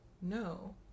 no